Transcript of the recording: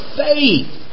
faith